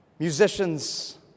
Musicians